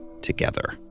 together